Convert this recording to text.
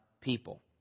people